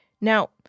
Now